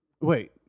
Wait